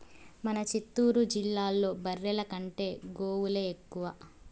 మన చిత్తూరు జిల్లాలో బర్రెల కంటే గోవులే ఎక్కువ